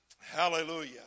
Hallelujah